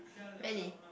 really